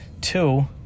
two